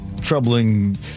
troubling